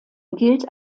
gilt